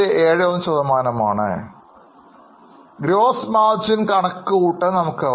71 ശതമാനമാണ് gross margin കണക്കുകൂട്ടാൻ നമുക്കറിയാം